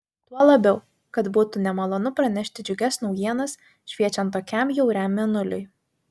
tuo labiau kad būtų nemalonu pranešti džiugias naujienas šviečiant tokiam bjauriam mėnuliui